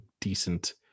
decent